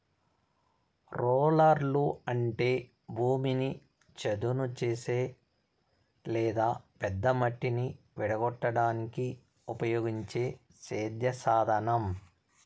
రోలర్లు అంటే భూమిని చదును చేసే లేదా పెద్ద మట్టిని విడగొట్టడానికి ఉపయోగించే సేద్య సాధనం